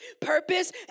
purpose